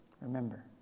remember